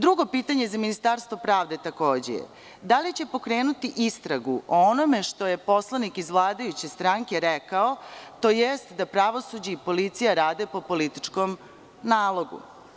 Drugo pitanje za Ministarstvo pravde takođe je – da li će pokrenuti istragu o onome što je poslanik iz vladajuće stranke rekao, a to je da pravosuđe i policija rade po političkom nalogu?